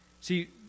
See